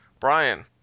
Brian